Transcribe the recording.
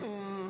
!wah!